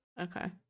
okay